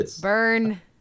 Burn